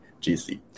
GC